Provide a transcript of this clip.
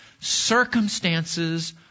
circumstances